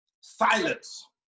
silence